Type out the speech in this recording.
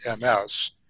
MS